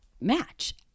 match